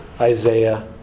Isaiah